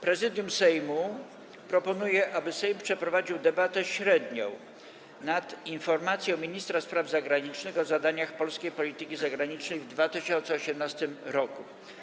Prezydium Sejmu proponuje, aby Sejm przeprowadził debatę średnią nad informacją ministra spraw zagranicznych o zadaniach polskiej polityki zagranicznej w 2018 r.